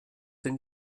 den